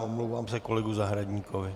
Omlouvám se kolegovi Zahradníkovi.